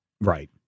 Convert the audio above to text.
Right